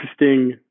interesting